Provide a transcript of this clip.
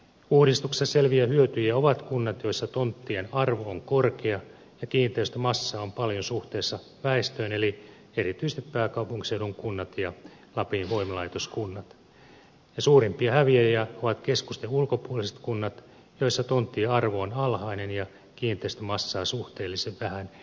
uudistuksessa selviä hyötyjiä ovat kunnat joissa tonttien arvo on korkea ja kiinteistömassaa on paljon suhteessa väestöön eli erityisesti pääkaupunkiseudun kunnat ja lapin voimalaitoskunnat ja suurimpia häviäjiä ovat keskusten ulkopuoliset kunnat joissa tonttien arvo on alhainen ja kiinteistömassaa suhteellisen vähän